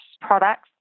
products